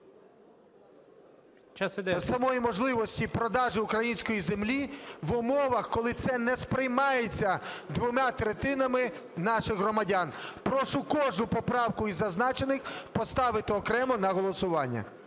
Самої можливості продажу української землі в умовах, коли це не сприймається двома третинами наших громадян. Прошу кожну поправку із зазначених поставити окремо на голосування.